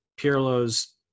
Pirlo's